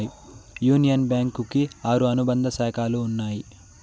union Bank కి ఆరు అనుబంధ శాఖలు ఉన్నాయి